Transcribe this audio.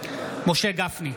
משה גפני,